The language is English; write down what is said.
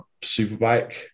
superbike